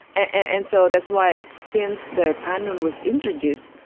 and so that's why since the canon was introduced,